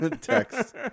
Text